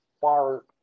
far